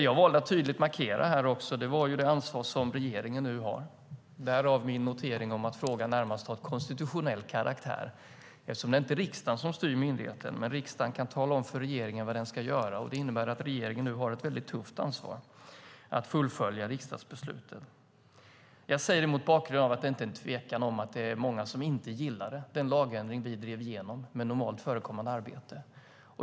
Jag valde att tydligt markera det ansvar som regeringen nu har - därav min notering om att frågan närmast har konstitutionell karaktär. Det är inte riksdagen som styr myndigheten, men riksdagen kan tala om för regeringen vad den ska göra. Det innebär att regeringen har ett tufft ansvar att fullfölja riksdagsbeslutet. Jag säger detta mot bakgrund av att det inte ska råda något tvivel om att det är många som inte gillar den lagändring vi drev igenom med begreppet normalt förekommande arbete.